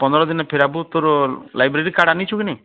ପନ୍ଦର ଦିନରେ ଫେରାଇବୁ ତୋର ଲାଇବ୍ରେରୀ କାର୍ଡ଼ ଅନିଛୁ କି ନାହିଁ